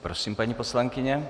Prosím, paní poslankyně.